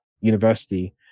university